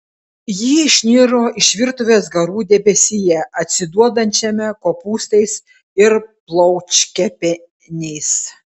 ji išniro iš virtuvės garų debesyje atsiduodančiame kopūstais ir plaučkepeniais